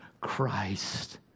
Christ